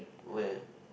where